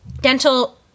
dental